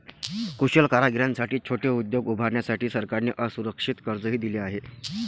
कुशल कारागिरांसाठी छोटे उद्योग उभारण्यासाठी सरकारने असुरक्षित कर्जही दिले आहे